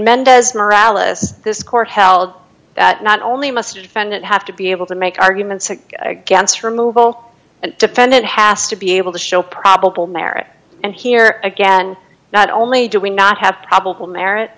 mendez morale is this court held that not only must defend it have to be able to make arguments against removal and defendant has to be able to show probable merit and here again not only do we not have probable merit